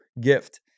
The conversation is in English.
gift